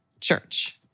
church